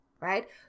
right